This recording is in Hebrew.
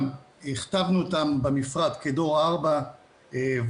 החתמנו את כולם במשרד כדור 4 וולטה.